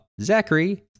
Zachary